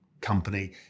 company